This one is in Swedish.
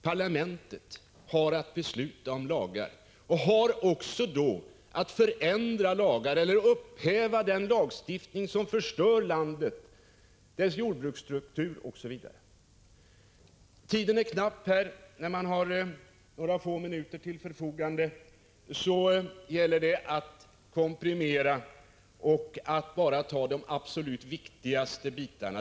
Parlamentet har att besluta om lagar och har också att förändra lagar eller upphäva den lagstiftning som förstör landet, dess jordbruksstruktur osv. Tiden är knapp. När man har några få minuter till förfogande, gäller det att komprimera anförandet och bara ta med de absolut viktigaste bitarna.